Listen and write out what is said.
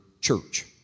church